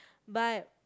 but